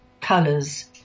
colors